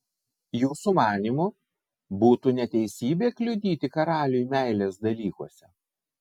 jūsų manymu būtų neteisybė kliudyti karaliui meilės dalykuose